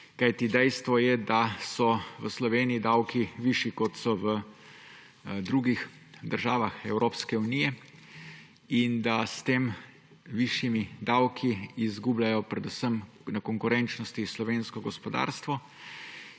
kajti dejstvo je, da so v Sloveniji davki višji, kot so v drugih državah Evropske unije in da s temi višjimi davki izgubljajo predvsem na konkurenčnosti slovensko gospodarstvo